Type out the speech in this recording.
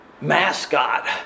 mascot